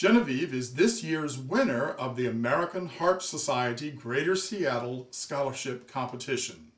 genevieve is this year's winner of the american heart society greater seattle scholarship competition